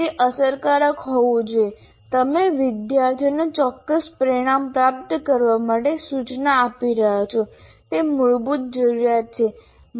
તે અસરકારક હોવું જોઈએ તમે વિદ્યાર્થીઓને ચોક્કસ પરિણામ પ્રાપ્ત કરવા માટે સુચના આપી રહ્યા છો તે મૂળભૂત જરૂરિયાત છે